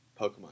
Pokemon